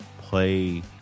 play